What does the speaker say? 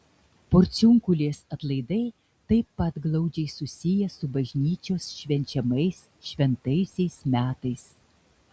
porciunkulės atlaidai taip pat glaudžiai susiję su bažnyčios švenčiamais šventaisiais metais